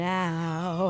now